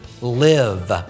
live